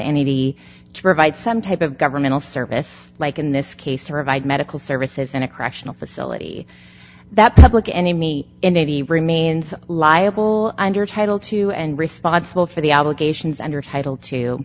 entity to provide some type of governmental service like in this case to provide medical services in a correctional facility that public enemy in eighty remains liable under title two and responsible for the obligations under title t